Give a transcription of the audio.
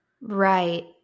Right